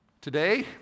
Today